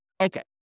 Okay